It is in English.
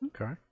Okay